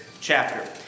chapter